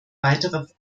weiterer